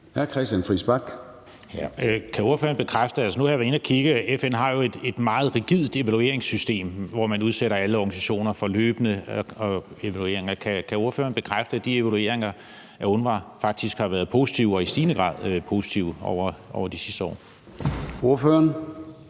Nu har jeg været inde at kigge, og FN har jo et meget rigidt evalueringssystem, hvor man udsætter alle organisationer for løbende evalueringer. Kan ordføreren bekræfte, at de evalueringer af UNRWA faktisk har været positive, og at de i stigende grad har været positive over de seneste år? Kl.